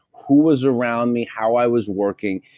who was around me, how i was working.